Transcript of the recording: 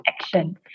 action